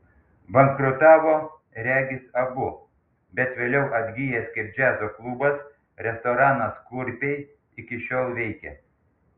bankrutavo regis abu bet vėliau atgijęs kaip džiazo klubas restoranas kurpiai iki šiol veikia